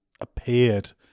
appeared